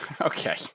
okay